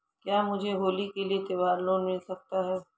क्या मुझे होली के लिए त्यौहार लोंन मिल सकता है?